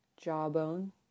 jawbone